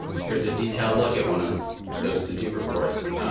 here's a detailed look at one of those to-do reports